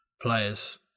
players